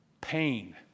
pain